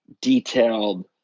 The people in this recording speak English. detailed